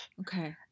Okay